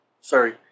Sorry